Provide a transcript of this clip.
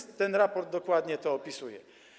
Ten raport dokładnie to opisuje.